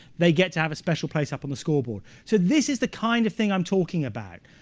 they get to have a special place up on the score board. so this is the kind of thing i'm talking about,